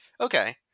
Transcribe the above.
Okay